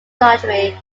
lottery